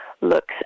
looks